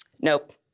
Nope